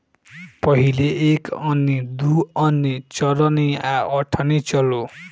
पहिले एक अन्नी, दू अन्नी, चरनी आ अठनी चलो